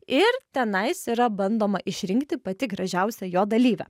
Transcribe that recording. ir tenais yra bandoma išrinkti pati gražiausia jo dalyvė